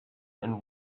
and